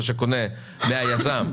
זה שקונה מהיזם,